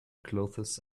clothes